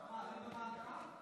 זה שם, מאחורי הדלת.